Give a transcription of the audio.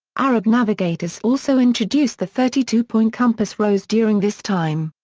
arab navigators also introduced the thirty two point compass rose during this time.